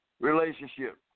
relationship